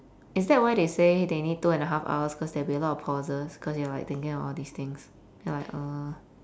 is that why they say they need two and a half hours cause there'll be a lot of pauses cause you're like thinking about all these things then like uh